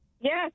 Yes